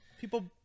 People